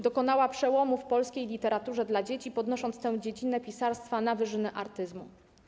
Dokonała przełomu w polskiej literaturze dla dzieci, podnosząc tę dziedzinę pisarstwa na wyżyny artyzmu.